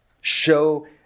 Show